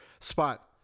spot